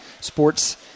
sports